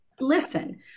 listen